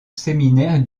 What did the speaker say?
séminaire